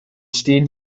stehen